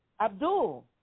Abdul